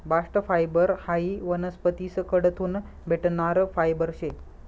bast fibre हायी वनस्पतीस कडथून भेटणारं फायबर शे